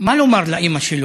מה לומר לאימא שלו,